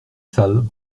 salle